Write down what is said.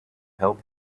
help